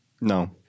No